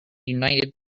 united